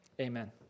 Amen